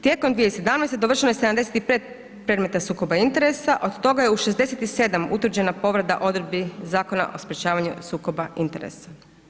Tijekom 2017. dovršeno je 75 predmeta sukoba interesa, od toga je u 67 utvrđena povreda odredbi Zakona o sprječavanju sukoba interesa.